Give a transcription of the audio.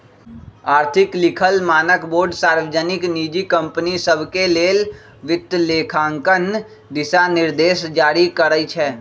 आर्थिक लिखल मानकबोर्ड सार्वजनिक, निजी कंपनि सभके लेल वित्तलेखांकन दिशानिर्देश जारी करइ छै